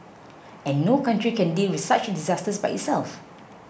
and no country can deal with such disasters by itself